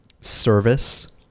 service